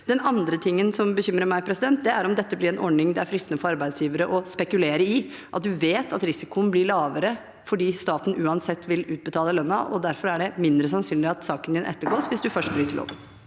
Den andre tingen som bekymrer meg, er om dette blir en ordning det er fristende for arbeidsgivere å spekulere i – en vet at risikoen blir lavere fordi staten uansett vil utbetale lønnen, og derfor er det mindre sannsynlig at saken ettergås hvis en først bryter loven.